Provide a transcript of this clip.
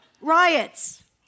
riots